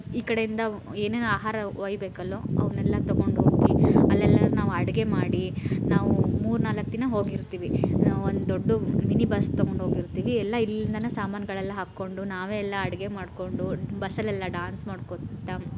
ಈ ಕಡೆಯಿಂದ ಏನೇನು ಆಹಾರ ವೈಬೇಕಲ್ಲೋ ಅವನ್ನೆಲ್ಲ ತೊಗೊಂಡೋಗಿ ಅಲ್ಲೆಲ್ಲಾದ್ರು ನಾವು ಅಡುಗೆ ಮಾಡಿ ನಾವು ಮೂರು ನಾಲ್ಕು ದಿನ ಹೋಗಿರ್ತೀವಿ ನಾವು ಒಂದು ದೊಡ್ಡ ಮಿನಿ ಬಸ್ ತೊಗೊಂಡೋಗಿರ್ತೀವಿ ಎಲ್ಲ ಇಲ್ಲಿಂದಲೇ ಸಾಮಾನುಗಳೆಲ್ಲ ಹಾಕೊಂಡು ನಾವೇ ಎಲ್ಲ ಅಡುಗೆ ಮಾಡಿಕೊಂಡು ಬಸ್ಸಲ್ಲೆಲ್ಲ ಡಾನ್ಸ್ ಮಾಡ್ಕೋತ್ತ